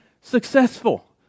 successful